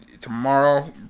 tomorrow